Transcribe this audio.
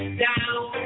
down